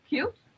Cute